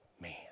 Man